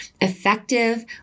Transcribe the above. effective